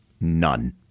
None